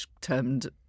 termed